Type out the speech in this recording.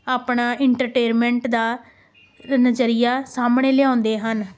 ਆਪਣਾ ਇੰਟਰਟੇਨਮੈਂਟ ਦਾ ਨਜ਼ਰੀਆ ਸਾਹਮਣੇ ਲਿਆਉਂਦੇ ਹਨ